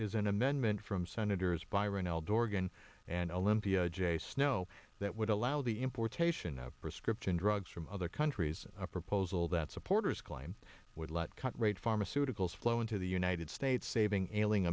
is an amendment from senators byron l dorgan and olympia snow that would allow the importation of prescription drugs from other countries a proposal that supporters claim would let cut rate pharmaceuticals flow into the united states saving illing